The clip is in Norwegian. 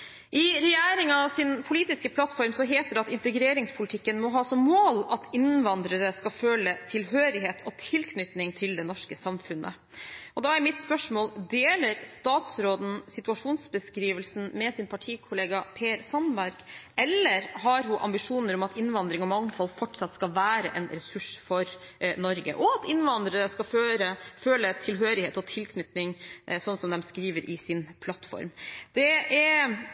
I regjeringens politiske plattform heter det at integreringspolitikken må ha som mål at innvandrere skal føle tilhørighet og tilknytning til det norske samfunnet. Da er mitt spørsmål: Deler statsråden situasjonsbeskrivelsen til sin partikollega Per Sandberg, eller har hun ambisjoner om at innvandring og mangfold fortsatt skal være en ressurs for Norge, og at innvandrere skal føle tilhørighet og tilknytning, slik som de skriver i sin plattform? Det er